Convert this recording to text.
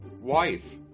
wife